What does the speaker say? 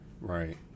Right